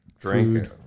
drinking